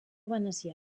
venecià